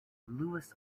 lewis